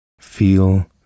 Feel